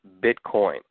Bitcoin